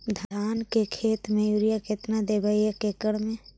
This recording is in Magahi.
धान के खेत में युरिया केतना देबै एक एकड़ में?